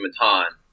Matan